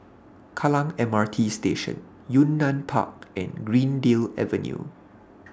Kallang M R T Station Yunnan Park and Greendale Avenue